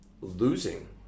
losing